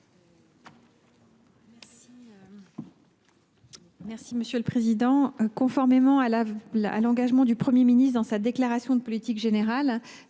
est à Mme la ministre. Conformément à l’engagement du Premier ministre dans sa déclaration de politique générale,